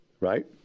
Right